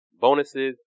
bonuses